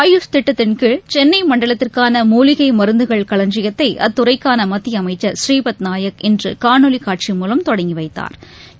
ஆயுஷ் திட்டத்தின்கீழ் சென்னை மண்டலத்திற்கான மூலிகை மருந்துகள் களஞ்சியத்தை அத்துறைக்கான மத்திய அமைச்ச் ஸ்ரீபத் நாயக் இன்று காணொலி காட்சி மூலம் தொடங்கி வைத்தாா்